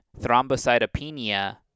Thrombocytopenia